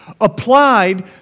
applied